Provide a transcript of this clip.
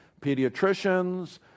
pediatricians